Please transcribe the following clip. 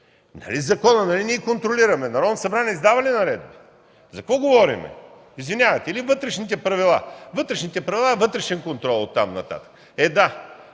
Нали законът, нали ние контролираме?! Народното събрание издава ли наредби? За какво говорим?! Извинявайте! Или вътрешните правила? Вътрешни правила са вътрешен контрол от там нататък. Никой